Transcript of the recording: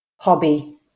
Hobby